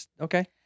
okay